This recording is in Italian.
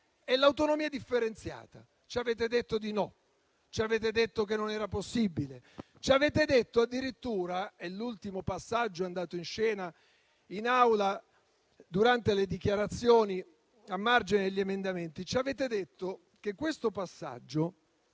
e l'autonomia differenziata. Ci avete detto di no. Ci avete detto che non era possibile. Ci avete detto addirittura - è l'ultimo passaggio andato in scena in Aula durante le dichiarazioni a margine degli emendamenti - che questo passaggio